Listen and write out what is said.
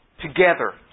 together